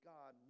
God